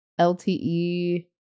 LTE